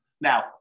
Now